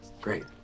Great